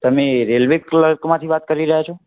તમે રેલવે ક્લર્કમાંથી વાત કરી રહ્યા છો